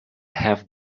have